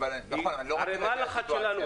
אבל אני לא רוצה להגיע לסיטואציה הזאת.